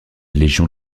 légion